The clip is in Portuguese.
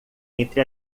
entre